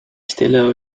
stille